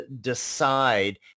decide